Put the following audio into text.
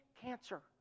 cancer